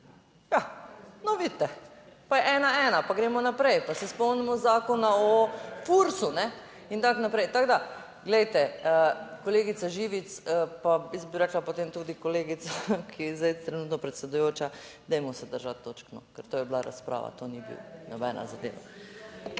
Ja, no, vidite. Pa je 1-1. Pa gremo naprej pa se spomnimo Zakona o Fursu, ne, in tako naprej. Tako da, glejte, kolegica Živic, pa jaz bi rekla potem tudi kolegica, ki je zdaj trenutno predsedujoča, dajmo se držati točk, ker to je bila razprava, to ni nobena zadeva.